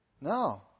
No